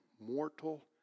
mortal